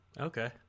Okay